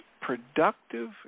productive